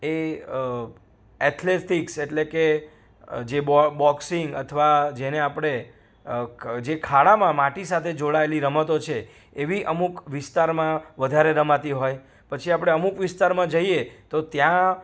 એ athletics એટલે કે જે બોક્સિંગ અથવા તો જેને આપણે જે ખાડામાં જે માટી સાથે જોડાયેલી રમતો છે એવી અમૂક વિસ્તારમાં વધારે રમાતી હોય પછી આપણે અમુક વિસ્તારમાં જઈએ તો ત્યાં